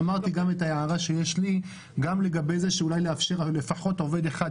אמרתי גם את ההערה שיש לי שאולי לאפשר לפחות עובד אחד,